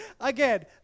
Again